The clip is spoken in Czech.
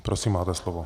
Prosím, máte slovo.